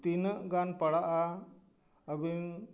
ᱛᱤᱱᱟᱹᱜ ᱜᱟᱱ ᱯᱟᱲᱟᱜᱼᱟ ᱟᱹᱵᱤᱱ